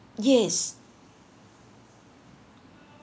yes